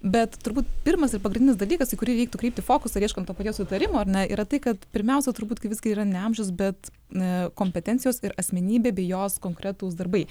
bet turbūt pirmas ir pagrindinis dalykas į kurį reiktų kreipti fokusą ieškant to paties sutarimo ar ne yra tai kad pirmiausia turbūt tai visgi yra ne amžius bet kompetencijos ir asmenybė bei jos konkretūs darbai